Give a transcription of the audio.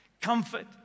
Comfort